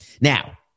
Now